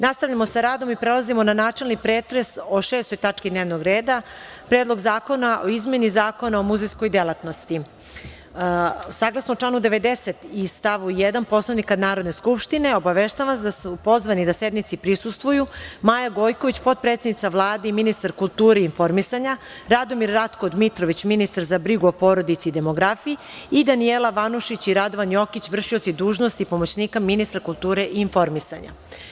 Nastavljamo sa radom i prelazimo na načelni pretres o šestoj tački dnevnog reda - PREDLOG ZAKONA O IZMENI ZAKONA O MUZEJSKOJ DELATNOSTI Saglasno članu 90. stavu 1. Poslovnika Narodne skupštine, obaveštavam vas da su pozvani da sednici prisustvuju: Maja Gojković, potpredsednica Vlade i ministar kulture i informisanja, Radomir Ratko Dmitrović, ministar za brigu o porodici i demografiji i Danijela Vanušić i Radovan Jokić, vršioci dužnosti pomoćnika ministra kulture i informisanja.